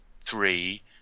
three